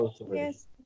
Yes